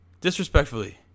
disrespectfully